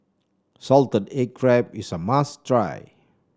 Salted Egg Crab is a must try